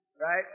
Right